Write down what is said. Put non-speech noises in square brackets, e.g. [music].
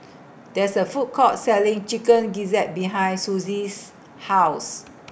[noise] There IS A Food Court Selling Chicken Gizzard behind Susie's House